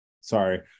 sorry